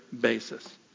basis